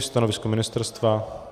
Stanovisko ministerstva?